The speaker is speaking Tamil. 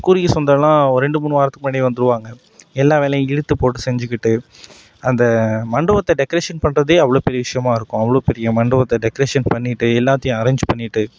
குறுகிய சொந்தம்லா இரண்டு மூணு வாரத்துக்கு முன்னாடியே வந்துடுவாங்க எல்லா வேலையும் இழுத்து போட்டு செஞ்சுக்கிட்டு அந்த மண்டபத்தை டெக்ரேசன் பண்ணுறதே அவ்வளோ பெரிய விஷயமாயிருக்கும் அவ்வளோ பெரிய மண்டபத்தை டெக்ரேசன் பண்ணிட்டு எல்லாத்தையும் அரேஞ்ச் பண்ணிட்டு